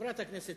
חברת הכנסת